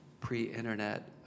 pre-internet